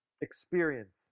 experience